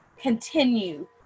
continue